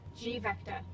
G-vector